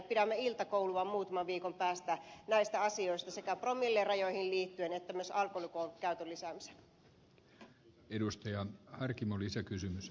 pidämme iltakoulua muutaman viikon päästä näistä asioista sekä promillerajoihin että myös alkolukon käytön lisäämiseen liittyen